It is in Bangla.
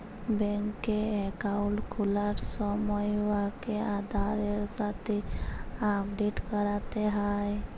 ব্যাংকে একাউল্ট খুলার সময় উয়াকে আধারের সাথে আপডেট ক্যরতে হ্যয়